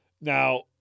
Now